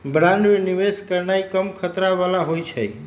bond में निवेश करनाइ कम खतरा बला होइ छइ